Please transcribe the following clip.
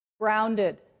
Grounded